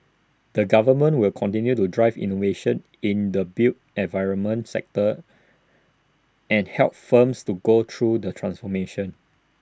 the government will continue to drive innovation in the built environment sector and help firms to go through the transformation